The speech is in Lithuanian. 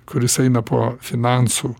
kuris eina po finansų